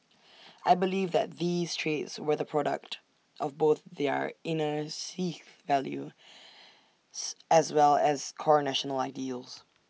I believe that these traits were the product of both their inner Sikh values as well as core national ideals